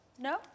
No